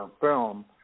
film